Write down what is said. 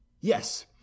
yes